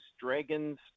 Dragons